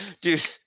Dude